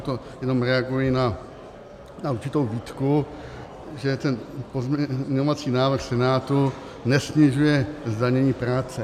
To jenom reaguji na určitou výtku, že ten pozměňovací návrh Senátu nesnižuje zdanění práce.